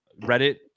Reddit